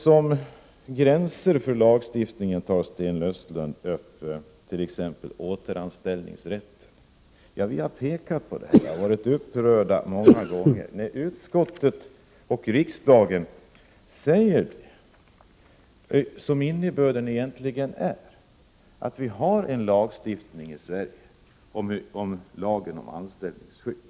Som gräns för lagstiftningen tar Sten Östlund upp t.ex. rätten till återanställning. Vi i vpk har pekat på detta och många gånger varit upprörda. Utskottet och riksdagen säger att vi har en lagstiftning, lagen om anställningsskydd.